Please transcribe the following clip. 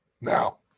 Now